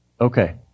Okay